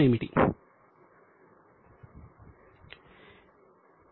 కారణం ఏమిటి